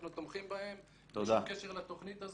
אנחנו תומכים בהם, בלי שום קשר לתכנית הזאת,